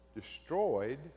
destroyed